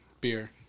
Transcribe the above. beer